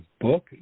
book